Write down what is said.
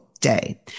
day